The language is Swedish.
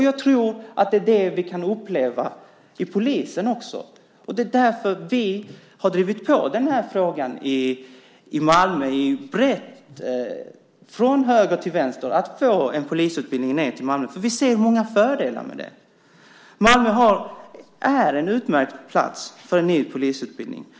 Jag tror att det är det vi kan uppleva hos polisen också. Det är därför vi har drivit på den här frågan i Malmö, brett från höger till vänster, att få en polisutbildning ned till Malmö. Vi ser många fördelar med det. Malmö är en utmärkt plats för en ny polisutbildning.